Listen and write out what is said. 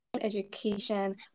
education